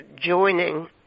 joining